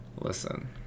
Listen